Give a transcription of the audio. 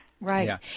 Right